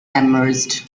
emerged